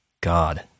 God